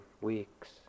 weeks